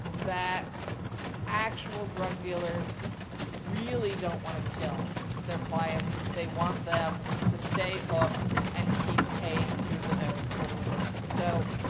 that actual drug dealers really don't want to kill their clientsen they want them to stay hooked and keep paying through the nose literally. so,